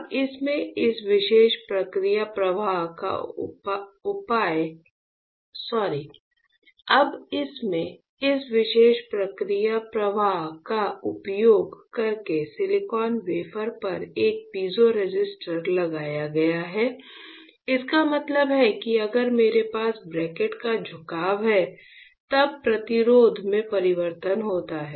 अब इसमें इस विशेष प्रक्रिया प्रवाह का उपयोग करके सिलिकॉन वेफर पर एक पीज़ोरेसिस्टर लगाया गया है इसका मतलब है कि अगर मेरे पास ब्रैकट का झुकाव है तब प्रतिरोध में परिवर्तन होता है